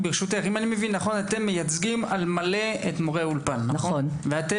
אתם מייצגים על מלא את מורי אולפן ואתם